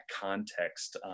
context